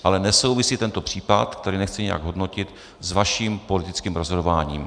Ale nesouvisí tento případ, který nechci nějak hodnotit, s vaším politickým rozhodováním.